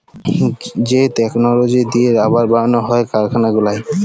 যে টেকললজি দিঁয়ে রাবার বালাল হ্যয় কারখালা গুলায়